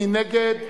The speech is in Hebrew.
מי נגד?